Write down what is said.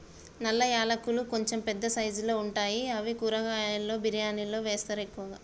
నల్ల యాలకులు కొంచెం పెద్ద సైజుల్లో ఉంటాయి అవి కూరలలో బిర్యానిలా వేస్తరు ఎక్కువ